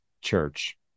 church